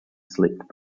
slipped